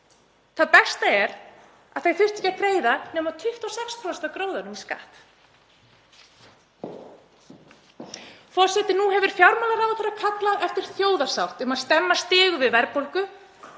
Það besta er að þau þurftu ekki að greiða nema 26% af gróðanum í skatt. Forseti. Nú hefur fjármálaráðherra kallað eftir þjóðarsátt um að stemma stigu við verðbólgu